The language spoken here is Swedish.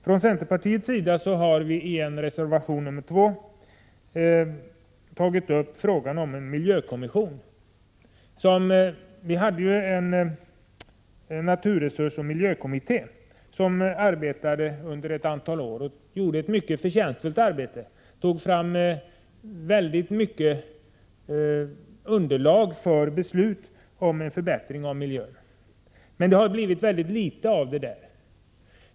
Från centerpartiets sida har vi i reservation nr 2 tagit upp frågan om en miljökommission. Vi hade ju en naturresursoch miljökommitté, som gjorde ett mycket förtjänstfullt arbete under ett antal år. Den tog fram mycket underlag för beslut om en förbättring av miljön. Men det har blivit väldigt litet av det arbetet.